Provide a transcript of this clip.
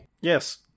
Yes